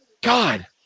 God